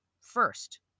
first